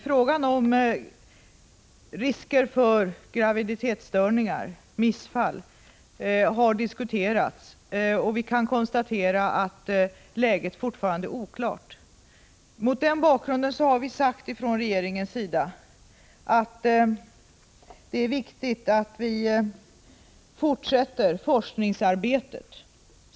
Frågan om risker för graviditetsstörningar, missfall, har diskuterats, och vi kan konstatera att läget fortfarande är oklart. Mot den bakgrunden har vi från regeringens sida sagt att det är viktigt att vi fortsätter forskningsarbetet.